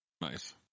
Nice